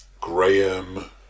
Graham